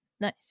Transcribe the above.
Nice